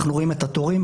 אנחנו רואים את התורים,